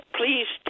please